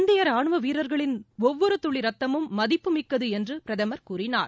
இந்திய ரானுவ வீரர்களின் ஒவ்வொரு துளி ரத்தமும் மதிப்பு மிக்கது என்று பிரதமர் கூறினார்